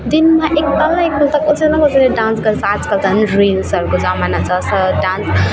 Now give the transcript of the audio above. दिनमा एक ताल न एक ताल त कसै न कसैले डान्स गर्छ आज कल त झन् रिल्सहरूको जमाना छ स डान्स